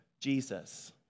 Jesus